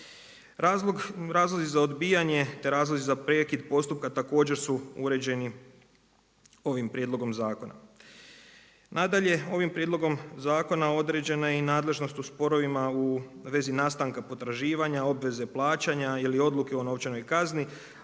Razlozi za odbijanje te razlozi za prekid postupka također su uređeni ovim prijedlogom zakona. Nadalje, ovim prijedlogom zakona određena je i nadležnost u sporovima u vezi nastanka potraživanja, obveze plaćanja ili odluke o novčanoj kazni,